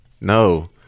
No